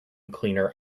cleaner